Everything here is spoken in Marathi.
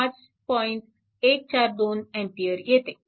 142A येते